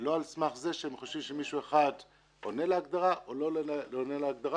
ולא על סמך זה שהם חושבים שמישהו אחד עונה להגדרה או לא עונה להגדרה,